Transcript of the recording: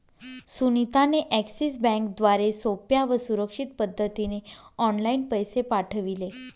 सुनीता ने एक्सिस बँकेद्वारे सोप्या व सुरक्षित पद्धतीने ऑनलाइन पैसे पाठविले